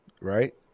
right